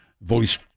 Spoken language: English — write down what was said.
voice